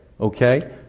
Okay